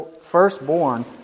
firstborn